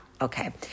Okay